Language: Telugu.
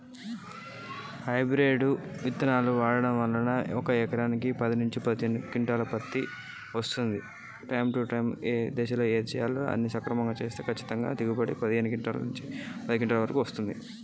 హైబ్రిడ్ పత్తి విత్తనాలు వాడడం వలన మాకు ఎంత దిగుమతి వస్తుంది?